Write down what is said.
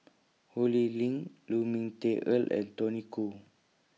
Hu Lee Ling Lu Ming Teh Earl and Tony Khoo